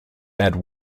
had